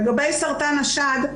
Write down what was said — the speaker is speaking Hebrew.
לגבי סרטן השד,